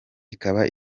ikaba